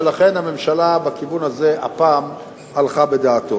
ולכן הממשלה בכיוון הזה הפעם הלכה בדעתו.